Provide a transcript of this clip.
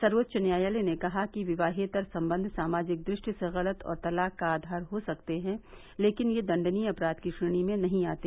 सर्वोच्च न्यायालय ने कहा कि विवाहेतर संबंध सामाजिक दृष्टि से गलत और तलाक का आधार हो सकते हैं लेकिन यह दंडनीय अपराध की श्रेणी में नहीं आते